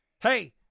Hey